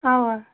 آ